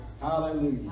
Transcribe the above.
Hallelujah